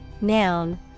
noun